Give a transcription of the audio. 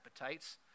appetites